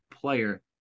player –